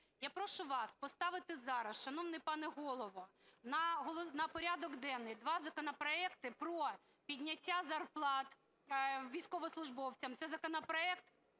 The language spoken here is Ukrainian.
Я прошу вас поставити зараз, шановний пане Голово, на порядок денний два законопроекти: про підняття зарплат військовослужбовцям (це законопроект